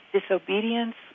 disobedience